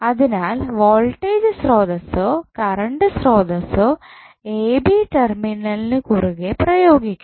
അതിനാൽ വോൾട്ടേജ് സ്രോതസ്സോ കറണ്ട് സ്രോതസ്സോ എ ബി ടെർമിനലിന് കുറുകെ പ്രയോഗിക്കണം